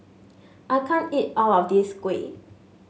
I can't eat all of this Kuih